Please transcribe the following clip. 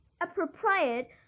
appropriate